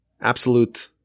absolute